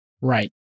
Right